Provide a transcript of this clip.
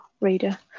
reader